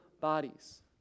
bodies